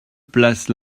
place